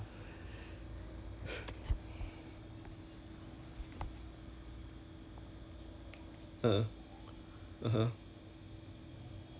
that's that's the thing also then that's why that's why it err err on the what sixteen ah when you I invited you guys over right then I also do~ when I invite you guys over right I also don't know whether to